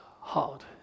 hard